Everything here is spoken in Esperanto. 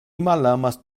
malamas